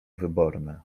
wyborne